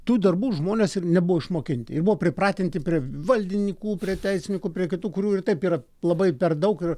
tų darbų žmonės ir nebuvo išmokinti ir buvo pripratinti prie valdinykų prie teisinykų prie kitų kurių ir taip yra labai per daug ir